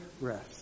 rest